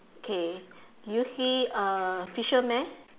okay do you see a fisherman